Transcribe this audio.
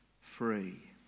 free